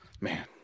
Man